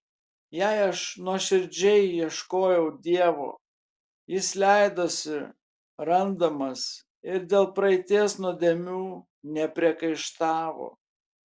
jei aš nuoširdžiai ieškojau dievo jis leidosi randamas ir dėl praeities nuodėmių nepriekaištavo